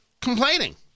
complaining